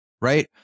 Right